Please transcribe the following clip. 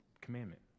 commandment